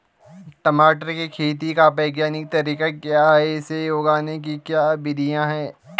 टमाटर की खेती का वैज्ञानिक तरीका क्या है इसे उगाने की क्या विधियाँ हैं?